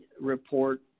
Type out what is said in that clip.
report